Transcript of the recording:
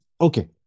Okay